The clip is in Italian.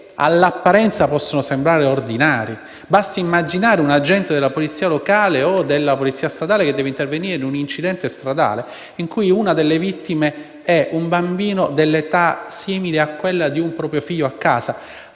all'apparenza possono sembrare ordinari. Basti immaginare un agente della polizia locale o della polizia stradale che deve intervenire in un incidente stradale in cui una delle vittime è un bambino di età simile a quella di un suo figlio che